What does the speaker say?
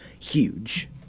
huge